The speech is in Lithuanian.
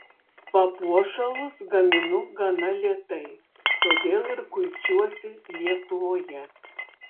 papuošalus gaminu gana lėtai todėl ir kuičiuosi lietuvoje